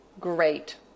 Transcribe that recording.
Great